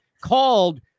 called